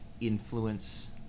influence